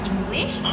English